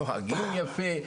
נוהגים יפה,